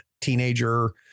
teenager